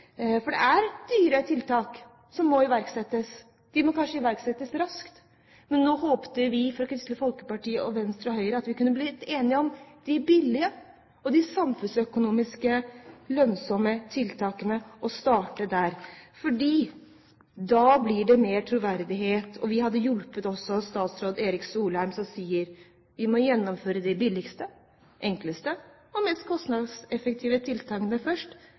for det er dyre tiltak som må iverksettes, og de må kanskje iverksettes raskt. Men nå håpet vi fra Kristelig Folkeparti, Venstre og Høyre at vi kunne blitt enige om de billige og de samfunnsøkonomisk lønnsomme tiltakene, og starte der, for da blir det mer troverdighet. Vi hadde også hjulpet statsråd Erik Solheim som sier: «Vi må gjennomføre de billigste, enkleste og mest kosteffektive tiltakene først.